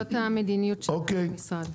זאת המדיניות שלנו במשרד,